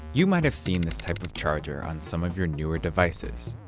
you might have seen this type of charger on some of your newer devices.